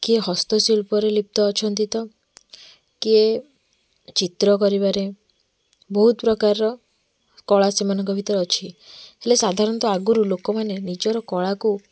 କିଏ ହସ୍ତଶିଳ୍ପରେ ଲିପ୍ତ ଅଛନ୍ତି ତ କିଏ ଚିତ୍ର କରିବାରେ ବହୁତ ପ୍ରକାରର କଳା ସେମାନଙ୍କ ଭିତରେ ଅଛି ହେଲେ ସାଧାରଣତଃ ଆଗରୁ ଲୋକମାନେ ନିଜର କଳାକୁ